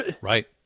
Right